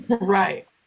Right